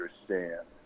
understand